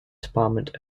department